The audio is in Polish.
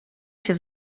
się